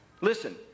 listen